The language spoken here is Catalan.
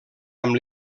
amb